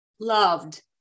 loved